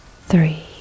three